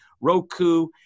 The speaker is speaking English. Roku